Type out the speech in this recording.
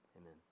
Amen